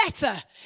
better